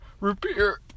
repair